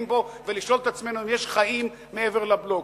בו ולשאול את עצמנו אם יש חיים מעבר לבלוק?